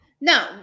No